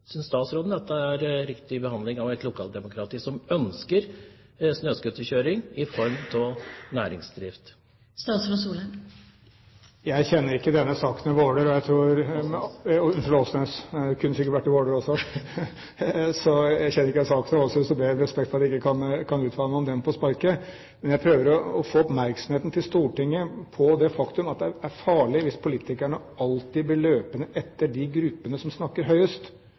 statsråden dette er riktig behandling av et lokaldemokrati som ønsker snøscooterkjøring i form av næringsdrift? Jeg kjenner ikke denne saken i Åsnes og ber om respekt for at jeg ikke kan uttale meg om den på sparket. Men jeg prøver å få oppmerksomheten til Stortinget på det faktum at det er farlig hvis politikerne alltid blir løpende etter de gruppene som snakker høyest.